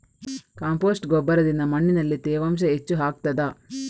Compost ಗೊಬ್ಬರದಿಂದ ಮಣ್ಣಿನಲ್ಲಿ ತೇವಾಂಶ ಹೆಚ್ಚು ಆಗುತ್ತದಾ?